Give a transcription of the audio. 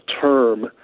term